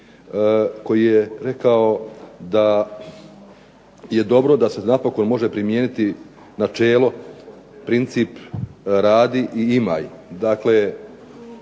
koji je rekao da je dobro da se napokon može primijeniti načelo, princip radi i imaj.